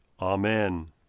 Amen